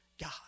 God